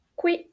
qui